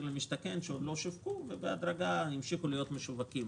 למשתכן שעוד לא שווקו ובהדרגה המשיכו להיות משווקים,